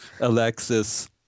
Alexis